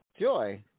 Joy